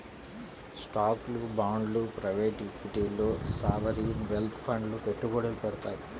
స్టాక్లు, బాండ్లు ప్రైవేట్ ఈక్విటీల్లో సావరీన్ వెల్త్ ఫండ్లు పెట్టుబడులు పెడతాయి